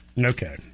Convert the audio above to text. Okay